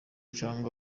cyangwa